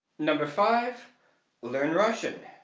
number five learn russian.